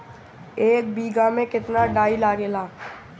एक बिगहा में केतना डाई लागेला?